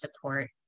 support